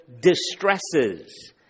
distresses